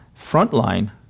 frontline